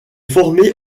formé